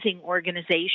organization